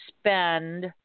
spend